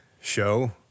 show